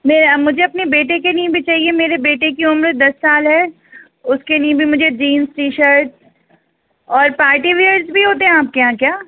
میرے مجھے اپنے بیٹے کے لیے بھی چاہیے میرے بیٹے کی عمر دس سال ہے اس کے لیے بھی مجھے جینس ٹی شرٹ اور پارٹی ویئرس بھی ہوتے ہیں آپ کے یہاں کیا